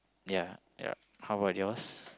ya ya how about yours